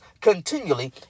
continually